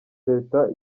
leta